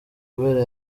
kubera